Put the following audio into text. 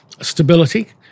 stability